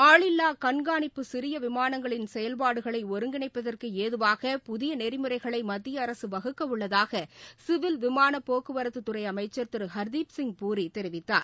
ஆளில்லா கண்காணிப்பு சிறிய விமானங்களின் செயல்பாடுகளை ஒருங்கிணைப்பதற்கு ஏதுவாக புதிய நெறிமுறைகளை மத்திய அரசு வகுக்க உள்ளதாக சிவில் விமான போக்குவரத்து துறை அமைச்சர் திரு ஹர்தீப் சிங் பூரி தெரிவித்தார்